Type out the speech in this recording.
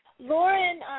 Lauren